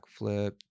backflip